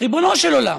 ריבונו של עולם,